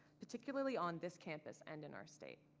particularly on this campus and in our state.